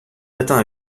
matin